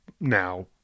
now